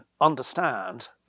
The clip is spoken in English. understand